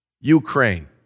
Ukraine